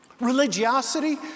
religiosity